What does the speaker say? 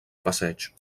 passeig